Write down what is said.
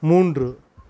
மூன்று